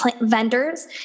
Vendors